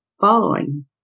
following